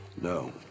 No